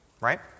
Right